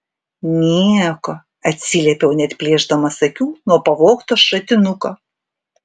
nieko atsiliepiau neatplėšdamas akių nuo pavogto šratinuko